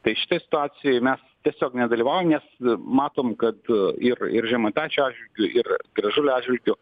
tai šitoj situacijoj mes tiesiog nedalyvaujam nes matom kad ir ir žemaitaičio atžvilgiu ir gražulio atžvilgiu